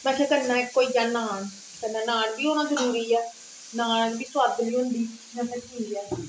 में नाॅन कने नाॅन बी होना जरुरी ऐ नाॅन जेहकी स्बादली होंदी उंहे आक्खया ठीक ऐ